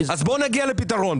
אז בואו נגיע לפתרון.